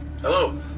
Hello